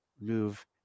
move